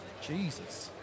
Jesus